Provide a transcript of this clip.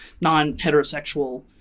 non-heterosexual